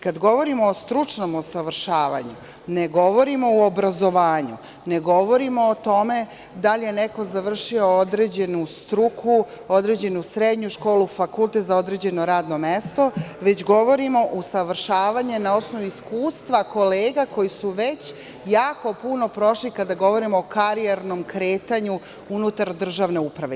Kada govorimo o stručnom usavršavanju, ne govorimo o obrazovanju, ne govorim o tome da li je neko završio određenu struku, određenu srednju školu, fakultet za određeno radno mesto, već govorimo usavršavanje na osnovu iskustva kolega koji su već jako puno prošli kada govorimo o karijernom kretanju unutar državne uprave.